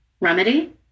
Remedy